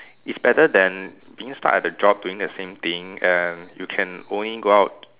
it's better than being stuck at the job doing the same thing and you can only go out